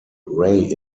ray